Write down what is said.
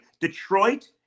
Detroit